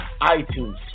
iTunes